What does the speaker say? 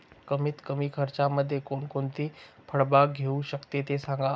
कमीत कमी खर्चामध्ये कोणकोणती फळबाग घेऊ शकतो ते सांगा